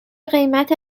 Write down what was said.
قیمت